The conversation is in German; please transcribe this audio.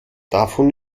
davon